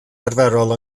arferol